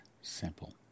simple